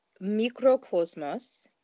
Microcosmos